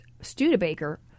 Studebaker